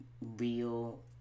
real